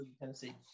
Tennessee